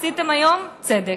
עשיתם היום צדק.